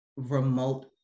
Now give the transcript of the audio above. remote